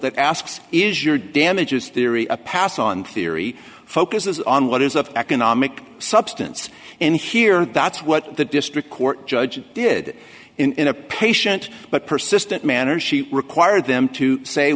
that asks is your damages theory a pass on theory focuses on what is of economic substance in here that's what the district court judge did in a patient but persistent manner she required them to say